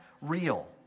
real